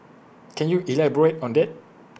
can you elaborate on that